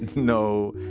no,